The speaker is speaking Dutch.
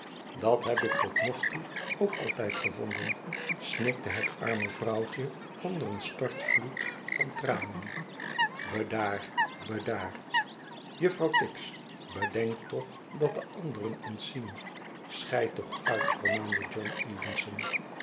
dat heb ik totnogtoe ook altijd gevonden snikte het arme vrouwtje onder een stortvloed van tranen bedaarl bedaar juffrouw tibbs bedenk toch dat de anderen ons zien schei toch uit vermaande john